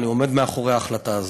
אני עומד מאחורי ההחלטה הזאת,